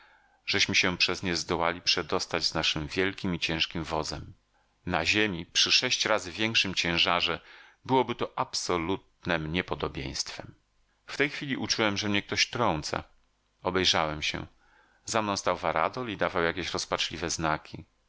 żeśmy się przez nie zdołali przedostać z naszym wielkim i ciężkim wozem na ziemi przy sześć razy większym ciężarze byłoby to absolutnem niepodobieństwem w tej chwili uczułem że mnie ktoś trąca obejrzałem się za mną stał varadol i dawał jakieś rozpaczliwe znaki